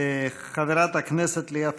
חברת הכנסת לאה פדידה.